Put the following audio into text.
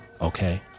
Okay